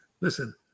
listen